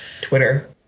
Twitter